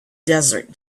desert